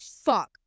fuck